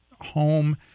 home